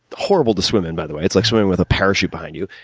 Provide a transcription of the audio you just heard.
horrible to swim in, by the way, it's like swimming with a parachute behind you.